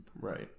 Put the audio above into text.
Right